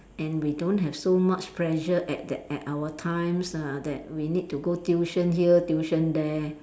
and we don't have so much pressure at that at our times uh that we need to go tuition here tuition there